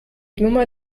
nummer